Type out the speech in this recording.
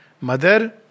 Mother